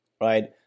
right